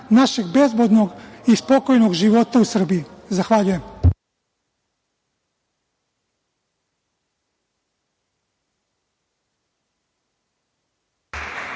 našeg bezbednog i spokojnog života u Srbiji. Zahvaljujem.